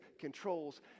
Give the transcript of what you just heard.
controls